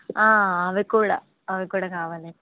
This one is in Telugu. అవి కూడా అవి కూడా కావాలి